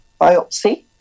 biopsy